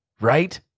Right